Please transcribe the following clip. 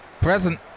Present